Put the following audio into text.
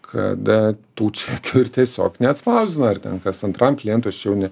kad tų čekių ir tiesiog neatspausdina ar ten kas antram klientui aš čia jau ne